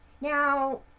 Now